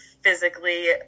physically